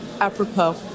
apropos